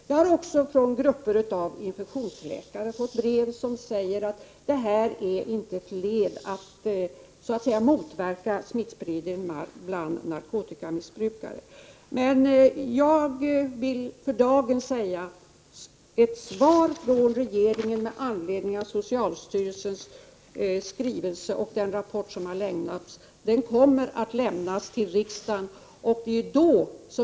Jag har också fått brev från grupper av infektionsläkare som säger att det här inte är ett led i att motverka smittspridningen bland narkotikamissbrukarna. För dagen vill jag emellertid säga att det kommer att lämnas ett svar till riksdagen från regeringen med anledning av socialstyrelsens skrivelse och den rapport som har lämnats. Riksdagen kommer då att få den debatt som Prot. 1988/89:42 Barbro Westerholm efterlyser.